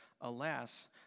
Alas